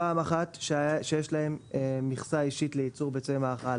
פעם אחת, שיש להם מכסה אישית לייצור ביצי מאכל